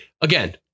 again